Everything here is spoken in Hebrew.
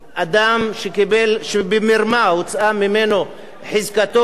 שבמרמה הוצאה ממנו חזקתו על הקרקע,